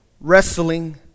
Wrestling